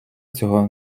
цього